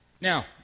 Now